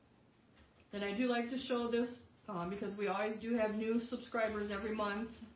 then i do like to show this because we always do have new subscribers every month